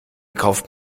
kauft